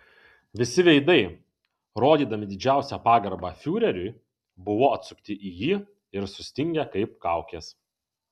visi veidai rodydami didžiausią pagarbą fiureriui buvo atsukti į jį ir sustingę kaip kaukės